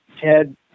Ted